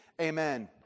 Amen